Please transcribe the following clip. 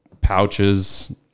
pouches